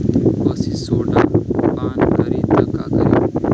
पशु सोडा पान करी त का करी?